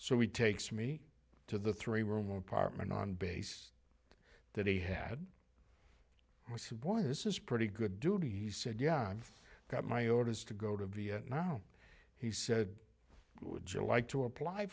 so we takes me to the three room apartment on base that he had was why this is pretty good duty he said yeah i've got my orders to go to vietnam he said would you like to apply